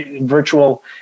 virtual